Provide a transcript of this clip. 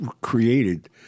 created